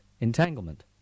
entanglement